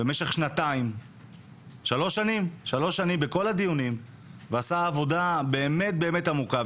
במשך 3 שנים בכל הדיונים ועשה עבודה באמת באמת עמוקה,